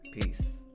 peace